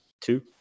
Two